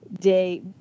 day